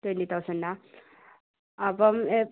twenty തൗസൻ്റാണോ അപ്പം